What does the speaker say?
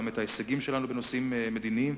גם את ההישגים שלנו בנושאים מדיניים,